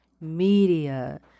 media